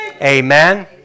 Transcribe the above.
Amen